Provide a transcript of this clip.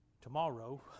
tomorrow